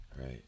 Right